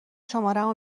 شمارمو